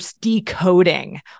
decoding